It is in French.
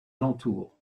alentour